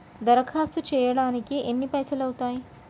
దరఖాస్తు చేయడానికి ఎన్ని పైసలు అవుతయీ?